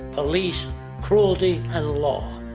police cruelty and law.